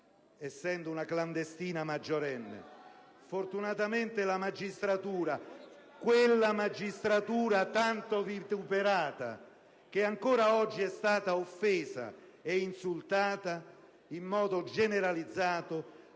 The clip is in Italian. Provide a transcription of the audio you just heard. dai Gruppi PdL e LNP)*. Fortunatamente la magistratura, quella magistratura tanto vituperata che ancora oggi è stata offesa e insultata in modo generalizzato,